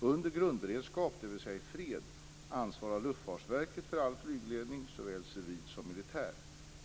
Under grundberedskap - dvs. i fred - ansvarar Luftfartsverket för all flygledning, såväl civil som militär.